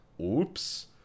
oops